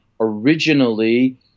originally